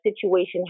situation